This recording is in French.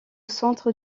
centre